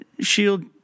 shield